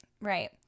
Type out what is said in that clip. right